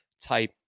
type